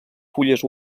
fulles